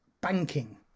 banking